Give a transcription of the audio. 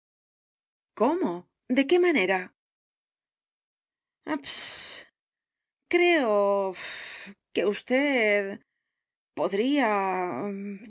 cómo de qué manera ps h creo puff puff que vd podría